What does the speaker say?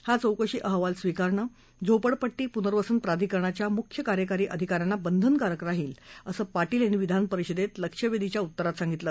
हा चौकशी अहवाल स्वीकारणं झोपडपट्टी पुनर्वसन प्रधिकरणाच्या मुख्य कार्यकारी अधिका यांना बंधनकारक राहील असं जयंत पाटील यांनी विधान परिषदेत लक्षवेधीच्या उत्तरात सांगितलं